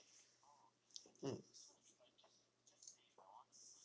mm